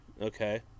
Okay